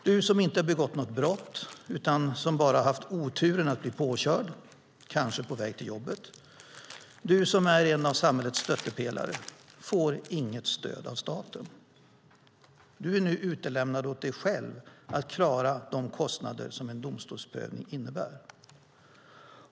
Du som inte har begått något brott utan som bara har haft oturen att bli påkörd, kanske på väg till jobbet, du som är en av samhällets stöttepelare, får inget stöd av staten. Du är nu utlämnad åt dig själv att klara de kostnader som en domstolsprövning innebär.